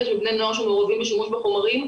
של בני נוער שמעורבים בשימוש בחומרים.